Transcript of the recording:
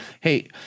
hey